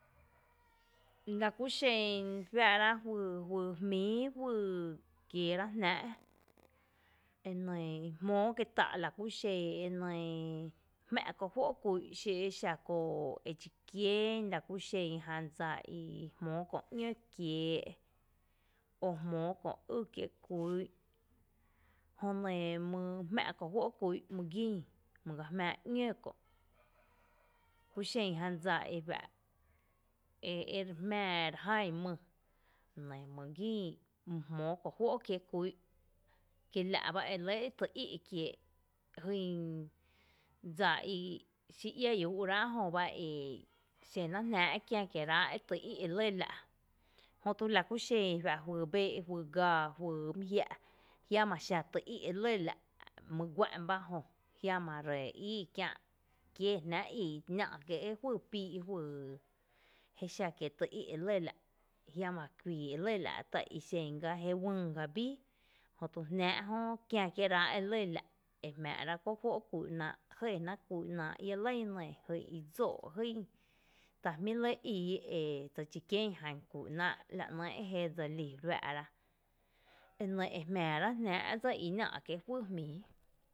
Lakú xen juⱥⱥ’ra juyy juyy jmíi juyy kiera’ jnáá’’ jmóó kieta’ laku xen e nɇɇ e jmⱥ’ kó juó’ kú’n xí xa köö edxi kién la kú xen jan dsa i jmóo köö ‘ño kiee’ o jmóó köö ý kiee’ kú’n, jö e nɇɇ my jmá’ kó juó’ kú’n my gín my ka jmⱥⱥ’ ‘ñó kö’ laku xen jan dsa i juⱥ’ e e re jmⱥⱥ re ján mý nɇ my gín my jmóo kó juó’ kiee’ kú’n kí la’ bá re lɇ e tý í’ kiee’ jyn dsa i xi iää iⱥ ‘uú’ ráa’ jöba e xénáa’ jnáa’ i kiä kieerá’ tý í’ e lɇ la’ jötu la ku xen juⱥ’ juyy bee’ juyy gaa juyy mí jia’ jiama xa tý í’ e lɇ la’ mý guá’n ba jö jiama ree íí kiä’ kiee jnáa’ i nⱥⱥ’ kiée’ juyy píí’ juyy jé xa kie’ tý í’ e lɇ la’ jiama’ kuii e lɇ la’ tá’ ixen gá jé ‘uyy gá bíí jötu jnáá’ jö kiä kieráá’ e lɇ la’ e jmⱥⱥ’ rá’ kó juó’ kúú’ náá’ jɇɇ náá’ kü’ náá’ iä lⱥ iä nɇ jyn i dsóó’ jyn ta jmí’ re lɇ íí e dse dxi kién jan kú’ náá’ la nɇ’ jé dse lí re juⱥⱥ’ ra, e nɇ e jmⱥⱥrá’ jnáa’ dsa i nⱥⱥ kié’ juyy jmíi.